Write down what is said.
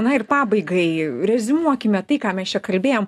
na ir pabaigai reziumuokime tai ką mes čia kalbėjom